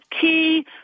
key